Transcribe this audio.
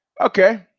Okay